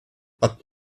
but